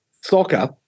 soccer